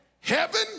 heaven